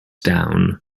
down